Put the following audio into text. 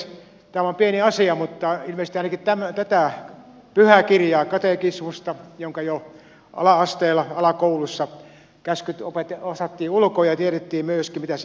tämä on pieni asia mutta koskee ilmeisesti ainakin tätä pyhää kirjaa katekismusta jonka käskyt jo alakoulussa osattiin ulkoa ja tiedettiin myöskin mitä ne merkitsevät